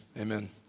Amen